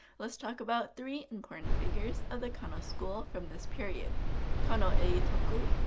let's talk about three important figures of the kano school from this period kano eitoku,